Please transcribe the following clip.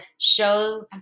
show